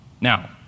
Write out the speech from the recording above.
Now